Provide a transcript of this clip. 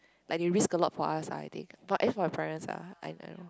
like they risk a lot for us ah I think at least for my parents ah I I don't know